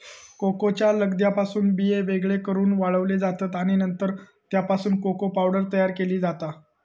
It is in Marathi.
कोकोच्या लगद्यापासून बिये वेगळे करून वाळवले जातत आणि नंतर त्यापासून कोको पावडर तयार केली जाता